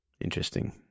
Interesting